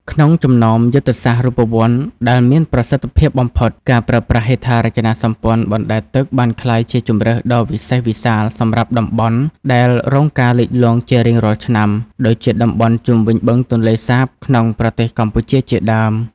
ក្នុងចំណោមយុទ្ធសាស្ត្ររូបវន្តដែលមានប្រសិទ្ធភាពបំផុត ការប្រើប្រាស់ហេដ្ឋារចនាសម្ព័ន្ធបណ្តែតទឹកបានក្លាយជាជម្រើសដ៏វិសេសវិសាលសម្រាប់តំបន់ដែលរងការលិចលង់ជារៀងរាល់ឆ្នាំ ដូចជាតំបន់ជុំវិញបឹងទន្លេសាបក្នុងប្រទេសកម្ពុជាជាដើម។